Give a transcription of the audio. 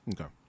Okay